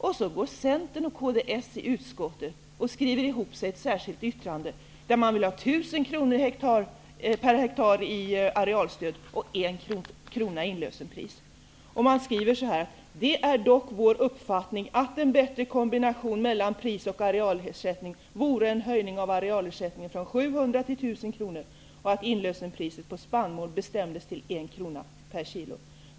Sedan går Centern och kds i utskottet och skriver ihop sig i ett särskilt yttrande där de vill ha 1 000 kronor per hektar i arealstöd och 1 krona i inlösenpris. Man skriver så här: ''Det är dock vår uppfattning att en bättre kombination mellan pris och arealersättning vore en höjning av arealersättningen från 700 till 1 000 kr per ha och att inlösenpriset på spannmål bestämdes till en krona per kg.